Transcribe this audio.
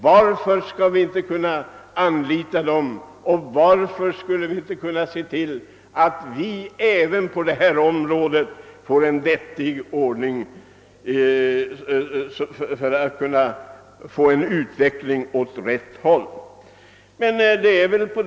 Varför då inte anlita dem och på detta område skapa en vettig ordning och få en utveckling åt rätt håll?